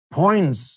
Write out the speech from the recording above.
points